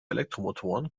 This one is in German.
elektromotoren